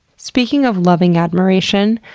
speaking of loving admiration,